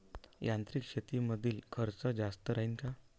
यांत्रिक शेतीमंदील खर्च जास्त राहीन का?